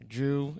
Drew